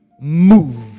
move